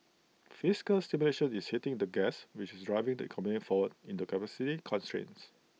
fiscal stimulation is hitting the gas which is driving the economy forward into capacity constraints